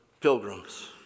pilgrims